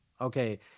Okay